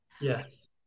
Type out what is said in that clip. yes